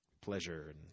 pleasure